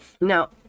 Now